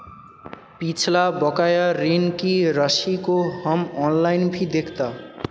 पिछला बकाया ऋण की राशि को हम ऑनलाइन भी देखता